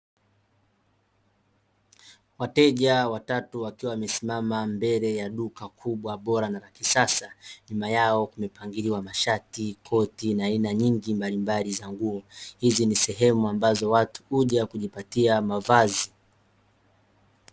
Wateja watatu wakiwa wamesimama mbele ya duka kubwa Bora na la kisasa , nyuma yao kumepangiliwa mashati, koti, na aina mbalimbali za nguo . Hizi ni sehemu ambazo watu huja kwa ajili ya kujipatia mavazi .